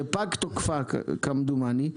שפג תוקפה כמדומני,